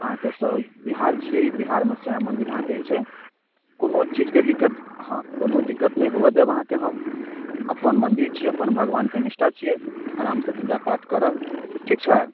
अहाँके श्य बिहार छियै बिहारमे श्यामा मन्दिर अहाँके जे छै कोनो चीजके दिक्कत हँ कोनो दिक्कत नहि हुअ देब अहाँकेँ हम अपन मन्दिर छी अपन भगवानके निष्ठा छियै आरामसँ पूजा पाठ करब ठीक छै